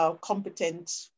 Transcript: competent